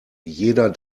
jeder